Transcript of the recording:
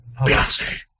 Beyonce